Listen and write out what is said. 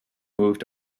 moved